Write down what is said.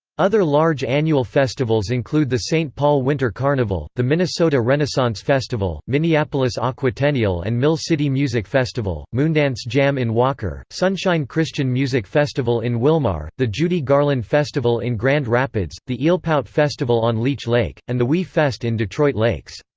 other large annual festivals include the saint paul winter carnival, the minnesota renaissance festival, minneapolis' ah aquatennial and mill city music festival, moondance jam in walker, sonshine christian music festival in willmar, the judy garland festival in grand rapids, the eelpout festival on leech lake, and the we fest in detroit lakes.